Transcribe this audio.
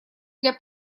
для